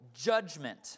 judgment